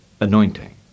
anointing